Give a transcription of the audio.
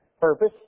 purpose